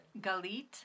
Galit